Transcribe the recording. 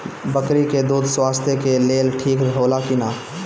बकरी के दूध स्वास्थ्य के लेल ठीक होला कि ना?